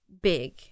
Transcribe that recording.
big